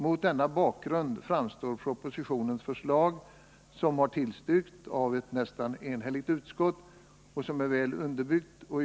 Mot denna bakgrund framstår propositionens förslag, som har tillstyrkts av ett nästan enhälligt utskott, som väl underbyggt.